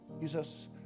Jesus